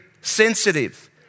sensitive